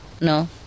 No